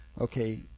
Okay